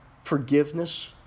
forgiveness